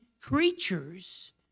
creatures